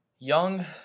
Young